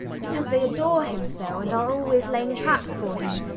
because they adore him so, and are always laying traps for him.